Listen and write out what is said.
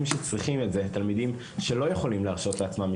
שצריכים את זה ולא יכולים להרשות לעצמם.